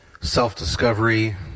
self-discovery